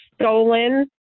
stolen